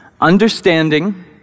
Understanding